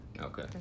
Okay